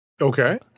Okay